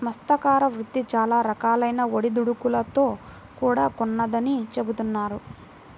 మత్స్యకార వృత్తి చాలా రకాలైన ఒడిదుడుకులతో కూడుకొన్నదని చెబుతున్నారు